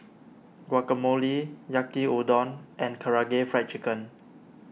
Guacamole Yaki Udon and Karaage Fried Chicken